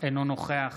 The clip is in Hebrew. אינו נוכח